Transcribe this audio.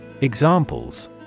Examples